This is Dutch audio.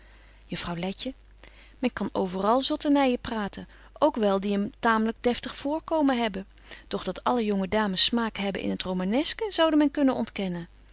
juffrouw letje men kan overäl zotternyen praten ook wel die een taamlyk deftig voorkomen hebben doch dat alle jonge dames smaak hebben in het romanesque zoude men kunnen ontkennen